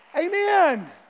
Amen